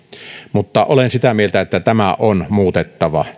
mutta olen sitä mieltä että tämä järjestelmä on muutettava